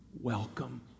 welcome